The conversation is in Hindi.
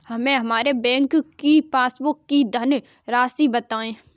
हमें हमारे बैंक की पासबुक की धन राशि बताइए